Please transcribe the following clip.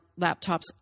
laptops